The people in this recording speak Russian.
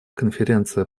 конференция